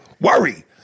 worry